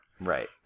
Right